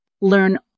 Learn